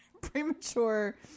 premature